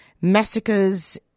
massacres